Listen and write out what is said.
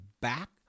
back